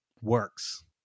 works